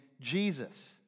Jesus